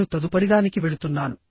నేను తదుపరిదానికి వెళుతున్నాను